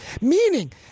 Meaning